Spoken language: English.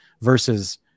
versus